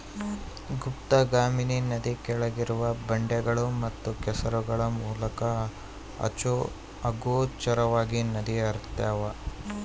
ಗುಪ್ತಗಾಮಿನಿ ನದಿ ಕೆಳಗಿರುವ ಬಂಡೆಗಳು ಮತ್ತು ಕೆಸರುಗಳ ಮೂಲಕ ಅಗೋಚರವಾಗಿ ನದಿ ಹರ್ತ್ಯಾವ